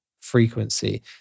frequency